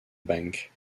banks